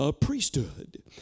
priesthood